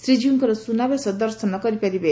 ଶ୍ରୀକୀଉଙ୍କର ସୁନାବେଶ ଦର୍ଶନ କରିପାରିବେ